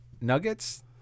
nuggets